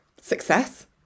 success